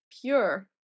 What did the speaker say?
pure